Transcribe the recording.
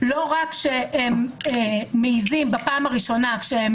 לא רק שהם מעיזים בפעם הראשונה כשהם